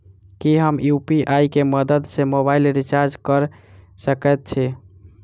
की हम यु.पी.आई केँ मदद सँ मोबाइल रीचार्ज कऽ सकैत छी?